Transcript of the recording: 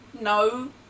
no